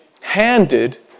Handed